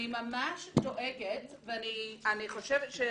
אני יודעת, אבל אני רוצה להוסיף